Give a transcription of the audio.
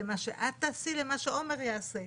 למה שאת תעשי, למה שעמר יעשה.